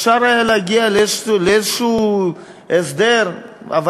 אפשר היה להגיע להסדר כלשהו,